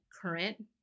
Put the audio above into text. current